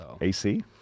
AC